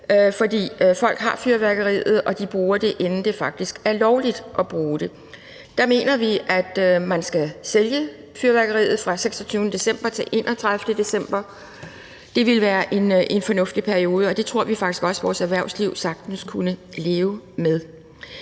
fordi folk har fyrværkeriet og de bruger det, inden det faktisk er lovligt at bruge det. Der mener vi, at man skal sælge fyrværkeriet fra 26. december til 31. december; det ville være en fornuftig periode. Og det tror vi faktisk vores erhvervsliv sagtens kunne leve med.